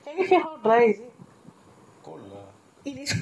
it is cold because of the ice but its so dry